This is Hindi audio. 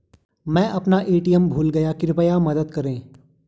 मैं अपना ए.टी.एम भूल गया हूँ, कृपया मदद करें